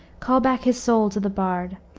call back his soul to the bard.